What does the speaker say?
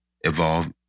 evolve